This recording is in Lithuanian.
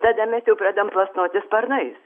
tada mes jau pradedam plasnoti sparnais